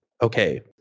okay